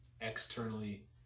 externally